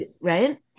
right